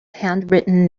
handwritten